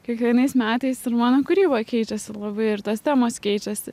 kiekvienais metais ir mano kūryba keitėsi labai ir tos temos keičiasi